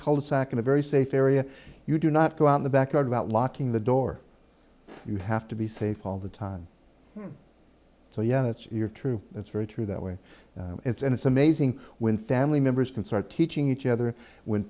cul de sac in a very safe area you do not go out the back yard about locking the door you have to be safe all the time so yeah that's your true that's very true that way and it's amazing when family members can start teaching each other when